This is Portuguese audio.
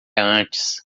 antes